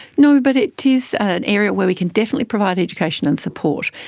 no, but it is an area where we can definitely provide education and support,